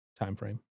timeframe